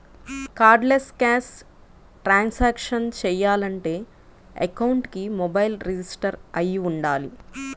cardless cash transactions చెయ్యాలంటే అకౌంట్కి mobile register అయ్యి వుండాలి